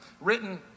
written